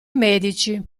medici